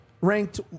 Ranked